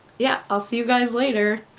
yeah, i'll see you guys later.